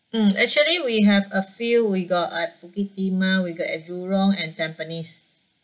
mm actually we have a few we got at bukit timah we go at jurong and tampines